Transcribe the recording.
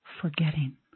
forgetting